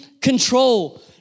control